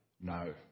no